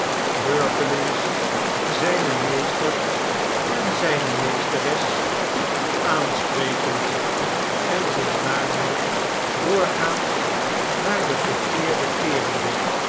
beurtelings zijn meester en zijne meesteres aansprekende en zich daarbij doorgaans naar den verkeerde keerende